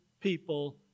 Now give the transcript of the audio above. people